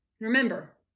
Remember